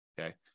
okay